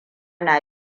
na